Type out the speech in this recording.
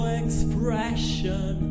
expression